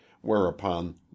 whereupon